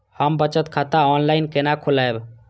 हम बचत खाता ऑनलाइन केना खोलैब?